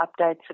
updates